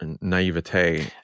naivete